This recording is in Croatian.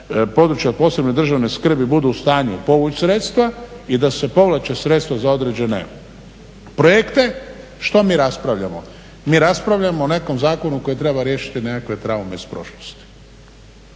područja od posebne državne skrbi budu u stanju povući sredstva i da se povlače sredstva za određene projekte što mi raspravljamo? Mi raspravljamo o nekom zakonu koji treba riješiti nekakve traume iz prošlosti.